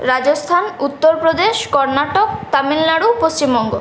Rajasthan Uttar Pradesh Karnataka Tamil Nadu Paschimbanga